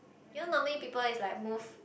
you know normally people is like move